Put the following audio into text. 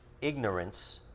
ignorance